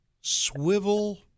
Swivel